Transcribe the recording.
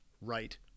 right